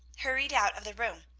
hurried out of the room.